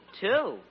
Two